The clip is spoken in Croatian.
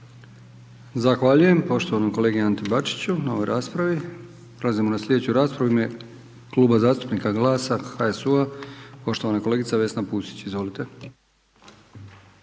Zahvaljujem poštovanoj kolegici Roščić na ovoj raspravi. Prelazimo na sljedeću raspravu. U ime Kluba zastupnika GLAS-a, HSU-a poštovana kolegica Vesna Pusić. Izvolite.